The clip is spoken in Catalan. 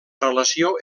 relació